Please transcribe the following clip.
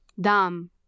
Dam